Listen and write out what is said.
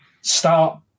start